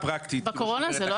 בתקופת הקורונה זה לא עבד.